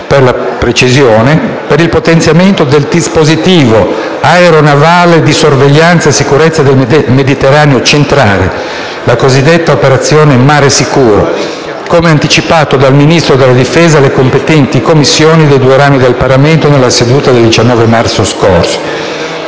euro, per il potenziamento del dispositivo aeronavale di sorveglianza e sicurezza nel Mediterraneo centrale, la cosiddetta operazione Mare sicuro, come anticipato dal Ministro della difesa alle competenti Commissioni dei due rami del Parlamento nella seduta del 19 marzo scorso.